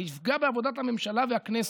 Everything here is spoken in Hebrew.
זה יפגע בעבודת הממשלה והכנסת.